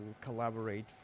collaborate